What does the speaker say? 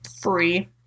free